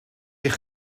eich